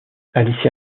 alicia